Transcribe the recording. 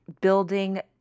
building